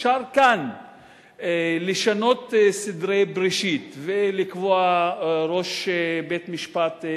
אפשר כאן לשנות סדרי בראשית ולקבוע ראש בית-משפט,